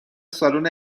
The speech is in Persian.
سالن